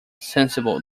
sensible